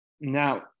Now